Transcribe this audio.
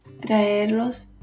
traerlos